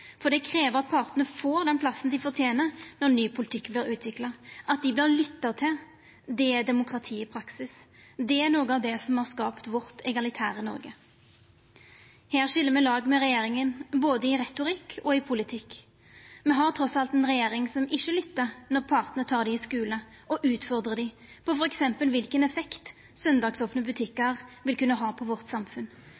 samfunnsansvar. Det krev at partane får den plassen dei fortener når ny politikk vert utvikla. At dei vert lytta til, er demokrati i praksis. Det er noko av det som har skapt vårt egalitære Noreg. Her skil me lag med regjeringa, både i retorikk og i politikk. Me har trass alt ei regjering som ikkje lyttar når partane tek ho i skule og utfordrar ho på t.d. kva for ein effekt søndagsopne